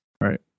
Right